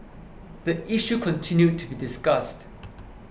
the issue continued to be discussed